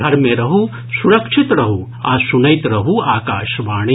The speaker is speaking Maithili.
घर मे रहू सुरक्षित रहू आ सुनैत रहू आकाशवाणी